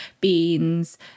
beans